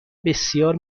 بسیار